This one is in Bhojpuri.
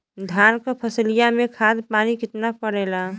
धान क फसलिया मे खाद पानी कितना पड़े ला?